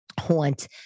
haunt